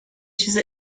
چیز